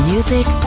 Music